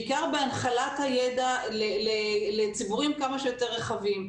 בעיקר בהנחלת הידע לציבורים כמה שיותר רחבים,